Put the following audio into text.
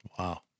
Wow